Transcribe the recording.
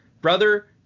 brother